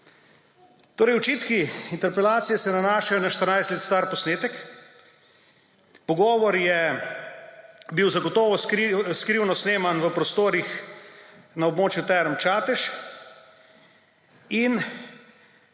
strank. Očitki interpelacije se nanašajo na štirinajst let star posnetek. Pogovor je bil zagotovo skrivno sneman v prostorih na območju Term Čatež in